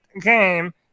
game